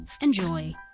Enjoy